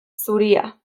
zuria